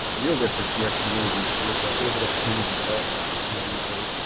a real difference in our community so there's ah a little bit of a community development opportunity there.